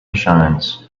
shines